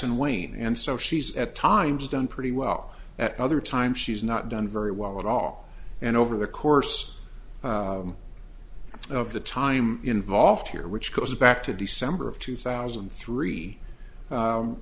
and wane and so she's at times done pretty well at other times she's not done very well at all and over the course of the time involved here which goes back to december of two thousand and three